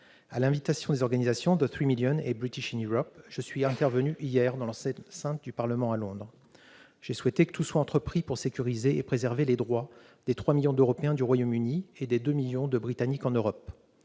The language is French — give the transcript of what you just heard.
À l'invitation des organisations The3million et British in Europe, je suis intervenu hier dans l'enceinte du Parlement, à Londres. J'ai souhaité que tout soit entrepris pour sécuriser et préserver les droits des trois millions d'Européens du Royaume-Uni et des deux millions de Britanniques en Europe.